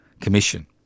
Commission